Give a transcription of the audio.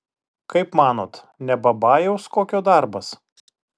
kaip manot ne babajaus kokio darbas